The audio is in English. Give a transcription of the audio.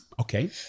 Okay